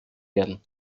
werden